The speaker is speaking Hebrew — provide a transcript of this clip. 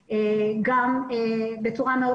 שמבצע עבירות אתיות מועמד לדין בבית הדין המשמעתי